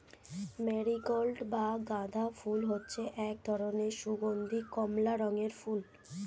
marigold বা গাঁদা ফুল হচ্ছে এক ধরনের সুগন্ধীয় কমলা রঙের ফুল